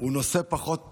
הוא נושא פחות פופולרי,